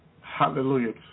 Hallelujah